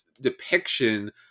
depiction